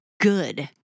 good